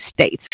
States